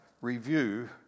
review